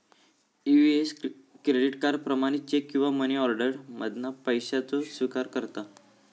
EVS credit card, प्रमाणित cheque किंवा money order मधना पैशाचो स्विकार करता